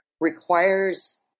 requires